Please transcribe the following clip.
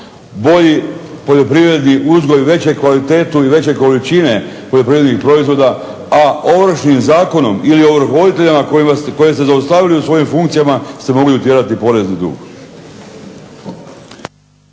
bolji poljoprivredni veće kvalitete i veće količine poljoprivrednih proizvoda. A Ovršnim zakonom i ovrhovoditeljima koje ste zaustavili u svojim funkcijama ste mogli utjerati porezni dug.